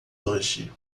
hoje